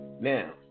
Now